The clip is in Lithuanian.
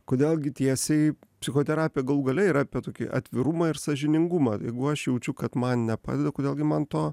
kodėl gi tiesiai psichoterapija galų gale yra apie tokį atvirumą ir sąžiningumą jeigu aš jaučiu kad man nepadeda kodėl gi man to